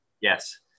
yes